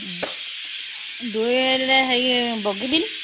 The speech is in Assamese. দুই এদিনে বগীবিল